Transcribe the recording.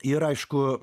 ir aišku